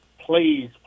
please